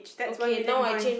okay now I change